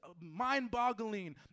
mind-boggling